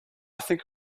think